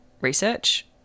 research